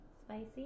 spicy